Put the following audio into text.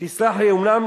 תסלח לי, אומנם